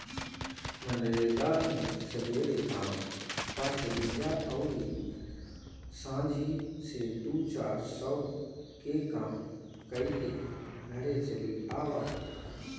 मनरेगा मे सबेरे काम पअ चली जा अउरी सांझी से दू चार सौ के काम कईके घरे चली आवअ